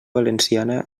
valenciana